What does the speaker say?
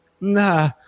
nah